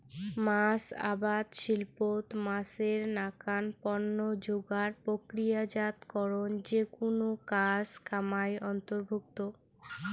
মাছ আবাদ শিল্পত মাছের নাকান পণ্য যোগার, প্রক্রিয়াজাতকরণ যেকুনো কাজ কামাই অন্তর্ভুক্ত